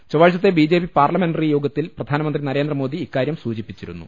ചൊവ്വാഴ്ചത്തെ B J P parliamentary യോഗത്തിൽ പ്രധാനമന്ത്രി നരേന്ദ്രമോദി ഇക്കാര്യം സൂചിപ്പിച്ചിരുന്നു